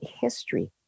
history